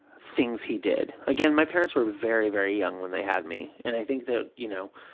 things he did. again, my parents were very, very young when they had me. and i think that, you know,